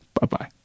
Bye-bye